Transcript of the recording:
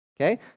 okay